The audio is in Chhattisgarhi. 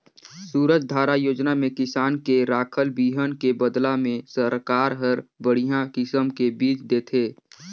सूरजधारा योजना में किसान के राखल बिहन के बदला में सरकार हर बड़िहा किसम के बिज देथे